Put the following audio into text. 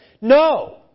no